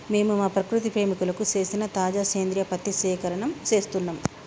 మేము మా ప్రకృతి ప్రేమికులకు సేసిన తాజా సేంద్రియ పత్తి సేకరణం సేస్తున్నం